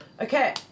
Okay